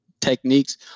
techniques